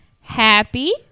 happy